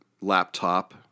laptop